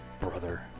Brother